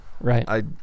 Right